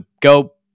go